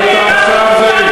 עם ישראל.